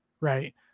right